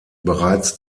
bereits